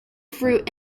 fruit